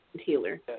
healer